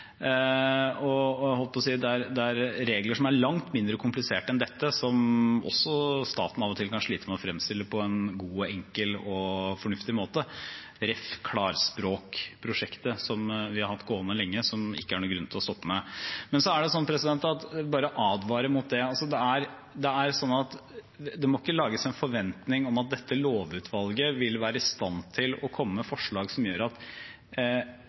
enn dette som også staten av og til kan slite med å fremstille på en god, enkel og fornuftig måte, ref. klarspråkprosjektet vi har hatt gående lenge, og som det ikke er noen grunn til å stoppe. Men jeg vil advare mot at det lages en forventning om at dette lovutvalget vil være i stand til å komme med forslag som gjør at